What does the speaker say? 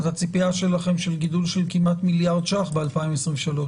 אז הציפייה שלכם היא גידול של כמעט מיליארד ש"ח ב-2023?